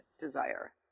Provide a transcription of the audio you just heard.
desire